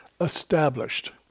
established